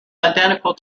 identical